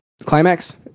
climax